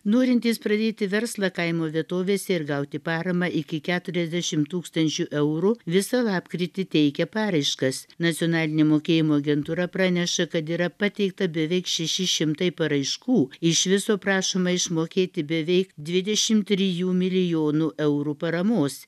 norintys pradėti verslą kaimo vietovėse ir gauti paramą iki keturiasdešim tūkstančių eurų visą lapkritį teikia paraiškas nacionalinė mokėjimo agentūra praneša kad yra pateikta beveik šeši šimtai paraiškų iš viso prašoma išmokėti beveik dvidešimt trijų milijonų eurų paramos